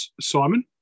Simon